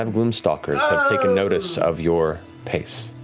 um gloomstalkers have taken notice of your pace.